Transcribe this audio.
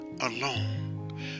alone